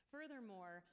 Furthermore